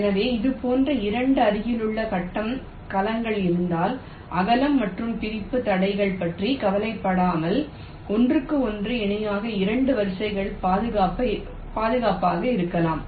எனவே இது போன்ற 2 அருகிலுள்ள கட்டம் கலங்கள் இருந்தால் அகலம் மற்றும் பிரிப்பு தடைகள் பற்றி கவலைப்படாமல் ஒன்றுக்கு ஒன்று இணையாக 2 வரிகளை பாதுகாப்பாக இயக்கலாம்